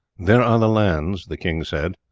there are the lands, the king said,